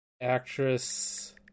actress